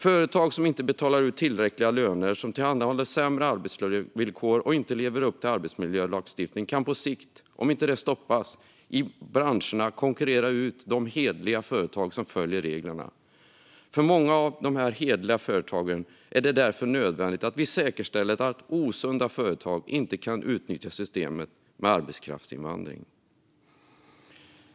Företag som inte betalar ut tillräckliga löner, som tillhandahåller sämre arbetsvillkor och som inte lever upp till arbetsmiljölagstiftningen kan på sikt, om inte dessa stoppas, i vissa branscher konkurrera ut hederliga företag som följer reglerna. För många av dessa hederliga företag är det därför nödvändigt att vi säkerställer att osunda företag inte kan utnyttja systemet med arbetskraftsinvandring.